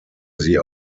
sie